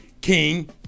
King